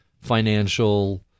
financial